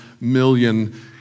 million